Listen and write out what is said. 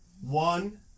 One